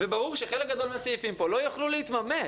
וברור שחלק גדול מהסעיפים פה לא יוכלו להתממש.